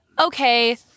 okay